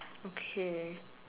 okay